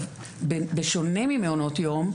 בשונה ממעונות יום,